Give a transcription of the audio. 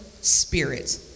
spirit